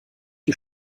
die